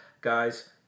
guys